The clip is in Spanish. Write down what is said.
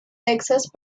texas